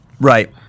Right